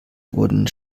wurden